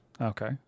Okay